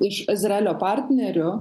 iš izraelio partnerių